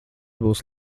būs